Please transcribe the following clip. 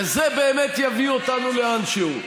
וזה באמת יביא אותנו לאנשהו.